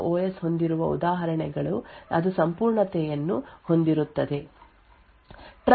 ನಮಗೆ ಕೆಲವು secure boot ಅಗತ್ಯವಿರುವ ಕಾರಣ ಈ ಕೆಳಗಿನಂತಿದೆ ಆದ್ದರಿಂದ ನಾವು ಸೆಕ್ಯೂರ್ ವರ್ಲ್ಡ್ ಅನ್ನು ಬಳಸುವ ಅಪ್ಲಿಕೇಶನ್ ಅನ್ನು ಹೊಂದಿದ್ದೇವೆ ಎಂದು ಹೇಳೋಣ